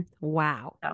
wow